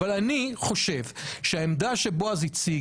אבל אני חושב שהעמדה שבועז הציג,